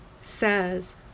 says